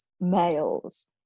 males